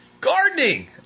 Gardening